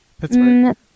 Pittsburgh